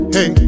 Hey